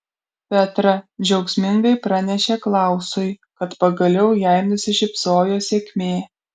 petra džiaugsmingai pranešė klausui kad pagaliau jai nusišypsojo sėkmė